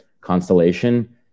Constellation